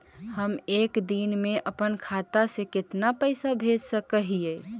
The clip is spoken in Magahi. हम एक दिन में अपन खाता से कितना पैसा भेज सक हिय?